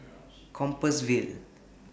Compassvale